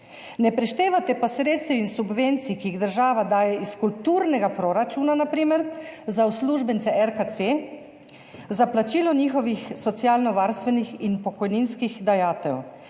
ne preštevate pa sredstev in subvencij, ki jih država daje iz kulturnega proračuna na primer za uslužbence RKC, za plačilo njihovih socialno varstvenih in pokojninskih dajatev,